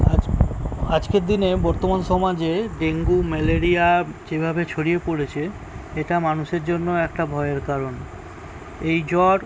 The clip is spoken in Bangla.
আজ আজকের দিনে বর্তমান সমাজে ডেঙ্গু ম্যালেরিয়া যেভাবে ছড়িয়ে পড়েছে এটা মানুষের জন্য একটা ভয়ের কারণ এই জ্বর